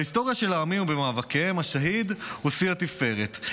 בהיסטוריה של העמים ובמאבקיהם השהיד הוא שיא התפארת.